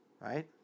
Right